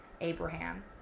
Abraham